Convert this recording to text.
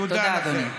תודה, אדוני.